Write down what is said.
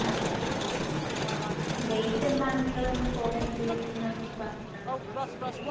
അതെ അതെ ഡേറ്റ് എന്നാന്ന് നിങ്ങൾ പോകാൻ ഉദ്ദേശിക്കുന്നതെന്ന് പറഞ്ഞാൽ മതിയായിരുന്നു